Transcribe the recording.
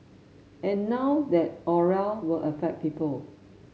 and now that aura will affect people